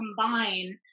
combine